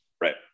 Right